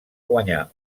guanyar